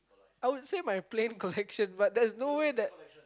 I would say my plane connection but there's no way that